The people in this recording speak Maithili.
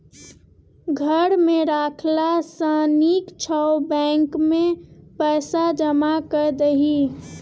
घर मे राखला सँ नीक छौ बैंकेमे पैसा जमा कए दही